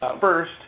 first